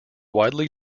widely